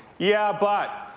yeah, but,